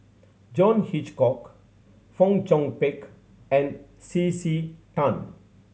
John Hitchcock Fong Chong Pik and C C Tan